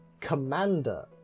Commander